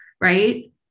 right